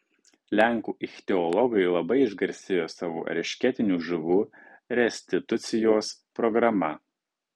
lenkų ichtiologai labai išgarsėjo savo eršketinių žuvų restitucijos programa